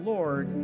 Lord